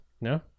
No